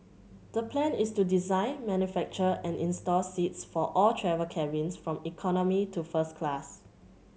the plan is to design manufacture and install seats for all travel cabins from economy to first class